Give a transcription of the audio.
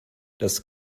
das